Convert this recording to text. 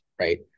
right